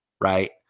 Right